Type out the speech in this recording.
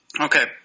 Okay